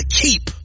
keep